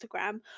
Instagram